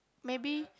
maybe